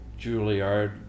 Juilliard